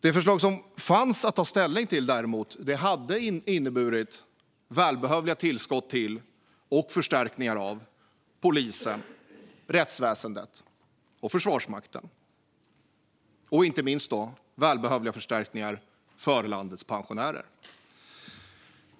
Det förslag som fanns att ta ställning till hade inneburit välbehövliga tillskott till och förstärkningar av polisen, rättsväsendet och Försvarsmakten och inte minst välbehövliga förstärkningar för landets pensionärer.